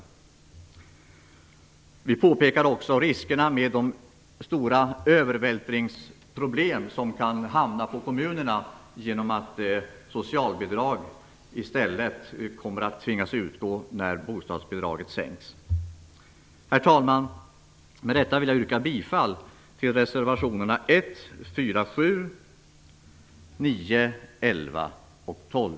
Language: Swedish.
Vi påpekar också riskerna med de stora övervältringsproblem som kan drabba kommunerna genom de socialbidrag som de kommer att tvingas betala ut när bostadsbidraget sänks. Herr talman! Med detta vill jag yrka bifall till reservationerna nr 1, 4, 7, 9, 11 och 12.